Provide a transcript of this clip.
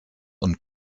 und